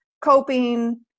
coping